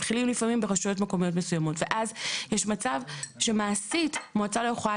מתחילים ברשויות מקומיות מסוימות ואז יש מצב שמעשית מועצה לא יכולה